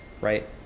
right